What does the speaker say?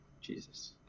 jesus